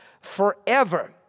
forever